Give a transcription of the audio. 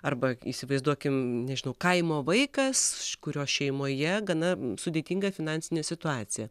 arba įsivaizduokim nežinau kaimo vaikas kurio šeimoje gana sudėtinga finansinė situacija